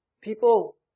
people